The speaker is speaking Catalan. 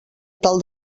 tal